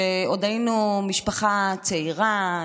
כשעוד היינו משפחה צעירה,